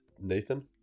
Nathan